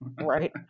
Right